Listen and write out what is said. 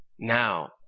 Now